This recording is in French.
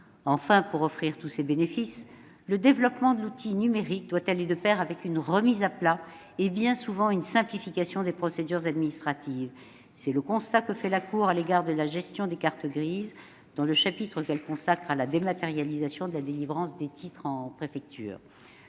enfin, pour offrir tous ses bénéfices, c'est que le développement de l'outil numérique aille de pair avec une remise à plat et, bien souvent, une simplification des procédures administratives. C'est le constat que dresse la Cour des comptes à l'égard de la gestion des cartes grises, dans le chapitre qu'elle consacre à la dématérialisation de la délivrance de titres en préfecture.